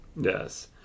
Yes